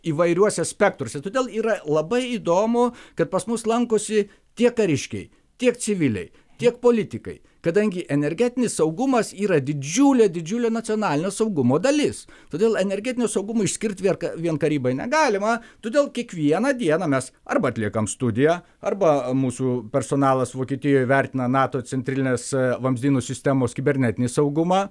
įvairiuose spektruose todėl yra labai įdomu kad pas mus lankosi tiek kariškiai tiek civiliai tiek politikai kadangi energetinis saugumas yra didžiulė didžiulė nacionalinio saugumo dalis todėl energetinio saugumo išskirt vierka vien karybai negalima todėl kiekvieną dieną mes arba atliekam studiją arba mūsų personalas vokietijoj vertina nato centrinės vamzdynų sistemos kibernetinį saugumą